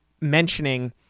Mentioning